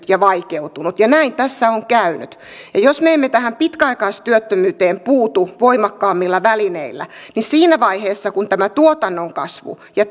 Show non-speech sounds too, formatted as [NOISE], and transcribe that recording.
[UNINTELLIGIBLE] ja vaikeutunut ja näin tässä on käynyt jos me emme tähän pitkäaikaistyöttömyyteen puutu voimakkaammilla välineillä niin siinä vaiheessa kun tämä tuotannon kasvu ja [UNINTELLIGIBLE]